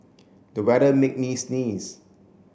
the weather made me sneeze